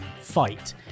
Fight